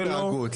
לייצר התנהגות.